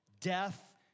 Death